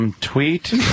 Tweet